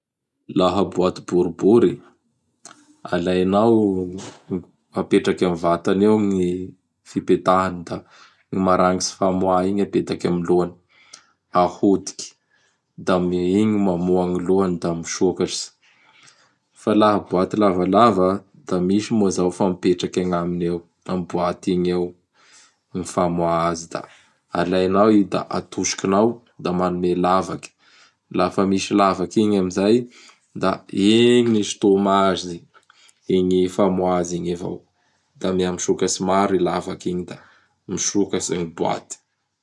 Laha boaty boribory! Alainao, apetraky amin'ny vatany eo gny fipetahany da i maragnitsy famoha igny apetaky amin'ny lohany. Ahodiky, da m igny gny mamoha gny lohany da misokatsy. Fa laha boaty lavalava! Da misy mao zao fa mipetraky agnaminy eo, am boaty igny eo gny famoa azy da alianao i da atosokinao da manome lavaky. Lafa misy lavaky igny am zay da igny gny isitoma azy igny famoha azy igny avao; da mihamisokatsy maro i lavaky igny da misokatsy gny boaty.